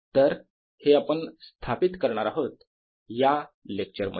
तर हे आपण स्थापित करणार आहोत या लेक्चर मध्ये